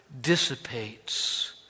dissipates